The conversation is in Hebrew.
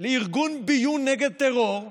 לארגון ביון נגד טרור,